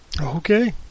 Okay